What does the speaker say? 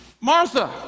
Martha